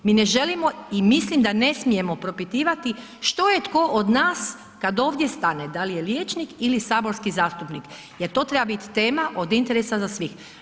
Mi ne želimo i mislim da ne smijemo propitivati što je tko od nas kad ovdje stane, dal je liječnik ili saborski zastupnik jer to treba bit tema od interesa za svih.